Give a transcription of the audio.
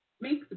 Make